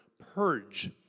purge